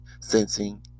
sensing